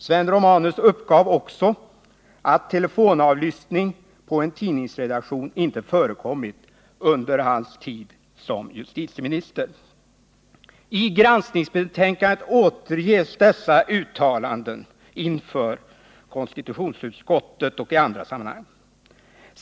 Sven Romanus uppgav också att telefonavlyssning på en tidningsredaktion inte förekommit under hans tid som justitieminister. I granskningsbetänkandet återges dessa uttalanden inför konstitutionsutskottet och i andra sammanhang.